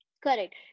Correct